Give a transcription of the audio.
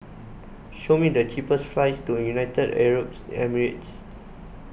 show me the cheapest flights to United Arab Emirates